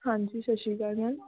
ਹਾਂਜੀ ਸਤਿ ਸ਼੍ਰੀ ਅਕਾਲ ਮੈਮ